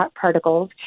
particles